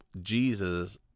Jesus